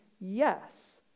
yes